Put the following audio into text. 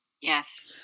Yes